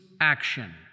action